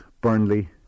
Burnley